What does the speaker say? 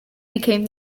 became